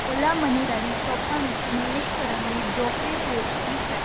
Ola money ਰਾਹੀਂ ਸਟਾਕਾਂ ਵਿੱਚ ਨਿਵੇਸ਼ ਕਰਨ ਲਈ ਬ੍ਰੋਕਰੇਜ਼ ਰੇਟ ਕੀ ਹੈ